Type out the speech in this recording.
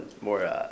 more